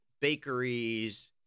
bakeries